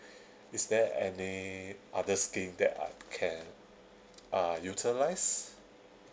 is there any other scheme that I can uh utilise